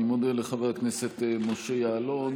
אני מודה לחבר הכנסת משה יעלון.